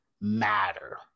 matter